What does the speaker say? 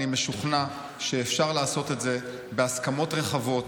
אני משוכנע שאפשר לעשות את זה בהסכמות רחבות,